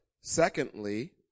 Secondly